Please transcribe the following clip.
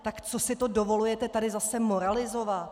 Tak co si to dovolujete tady zase moralizovat?